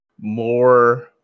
more